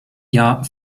jahr